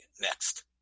next